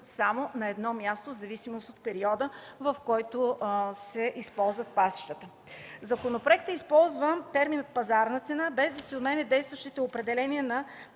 само на едно място в зависимост от периода, в който се използват пасищата. В законопроекта е използван терминът „пазарна цена”, без да се отменя действащото определение на